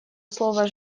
слово